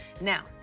Now